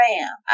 Ram